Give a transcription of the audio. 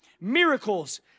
miracles